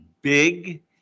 big